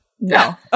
No